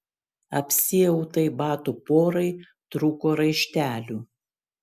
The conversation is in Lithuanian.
apsiautai batų porai trūko raištelių